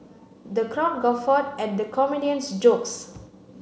the crowd guffawed at the comedian's jokes